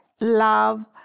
love